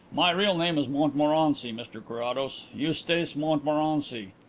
my real name is montmorency, mr carrados eustace montmorency.